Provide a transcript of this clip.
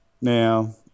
now